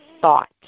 thought